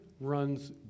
runs